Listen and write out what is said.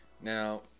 Now